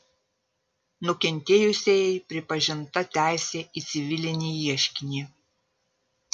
nukentėjusiajai pripažinta teisė į civilinį ieškinį